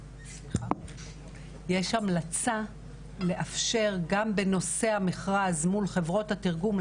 יש המלצה גם בנושא המכרז מול חברות התרגום,